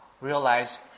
realize